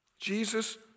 Jesus